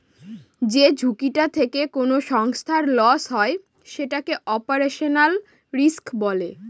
যে ঝুঁকিটা থেকে কোনো সংস্থার লস হয় সেটাকে অপারেশনাল রিস্ক বলে